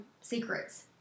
secrets